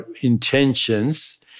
intentions